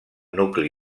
nucli